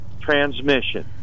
transmission